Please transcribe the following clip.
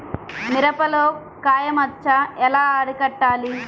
మిరపలో కాయ మచ్చ ఎలా అరికట్టాలి?